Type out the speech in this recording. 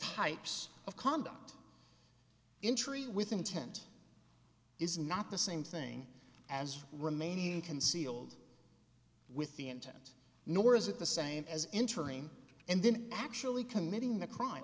types of conduct in tree with intent is not the same thing as remaining concealed with the intent nor is it the same as entering and then actually committing the crime